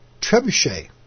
Trebuchet